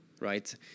right